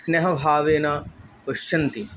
स्नेहभावेन पश्यन्ति